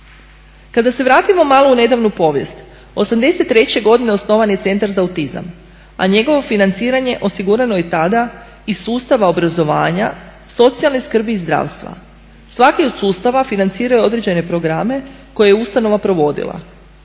Kada se vratimo malo u nedavnu povijest, '83. godine osnovan je Centar za autizam, a njegovo financiranje osigurano je tada iz sustava obrazovanja, socijalne skrbi i zdravstva. Svaki od sustava financirao je određene programe koje je ustanova provodila.